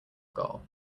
goal